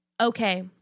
Okay